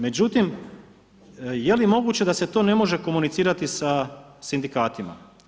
Međutim, je li moguće da se to ne može komunicirati sa sindikatima?